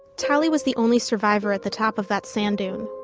tali was the only survivor at the top of that sand dune.